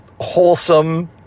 Wholesome